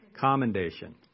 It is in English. commendation